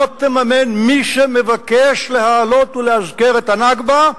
לא תממן מי שמבקש להעלות ולאזכר את ה"נכבה"